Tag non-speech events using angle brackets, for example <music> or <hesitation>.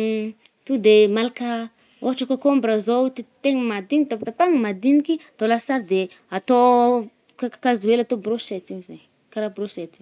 <hesitation> to de malaka ôhatra cocombre zao, teteigny madini-tapatapahagna madiniky, atao lasary de atô kaka-kakazo hely atô brochettes igny zay, karaha brochette.